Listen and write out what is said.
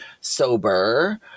sober